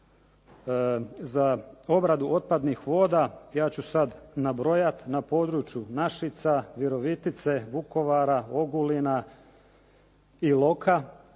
za obradu otpadnih voda, ja ću sada nabrojati na području Našica, Virovitice, Vukovara, Ogulina, Iloka